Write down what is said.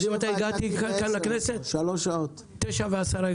הגעתי לכנסת בשעה 09:10,